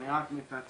אני רק מתנצל,